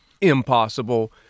impossible